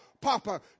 Papa